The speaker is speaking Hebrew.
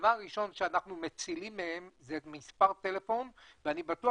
הדבר הראשון שאנחנו מצילים מהם זה את מספר טלפון ואני בטוח